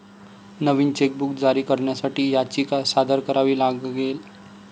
नवीन chequebook जारी करण्यासाठी याचिका सादर करावी लागेल